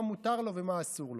מה מותר לו ומה אסור לו.